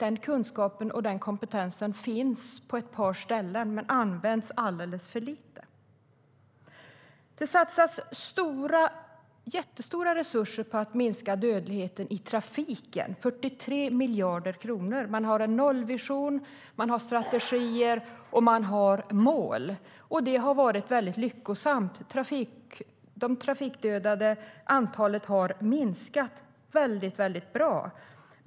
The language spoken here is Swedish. Den kunskapen och kompetensen finns på ett par ställen, men den används alldeles för lite. Det satsas stora resurser på att minska dödligheten i trafiken, 43 miljarder kronor. Man har en nollvision, man har strategier och man har mål. Det har varit mycket lyckosamt. Antalet trafikdödade har minskat kraftigt.